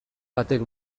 batek